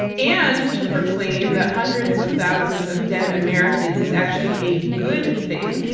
and to proclaim that hundreds of thousands of dead americans is actually a good thing,